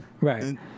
Right